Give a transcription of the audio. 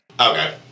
Okay